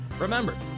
Remember